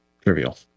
trivial